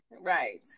Right